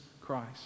Christ